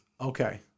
Okay